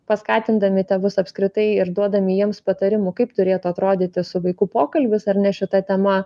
paskatindami tėvus apskritai ir duodami jiems patarimų kaip turėtų atrodyti su vaiku pokalbis ar ne šita tema